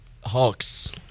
Hawks